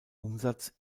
umsatz